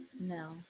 No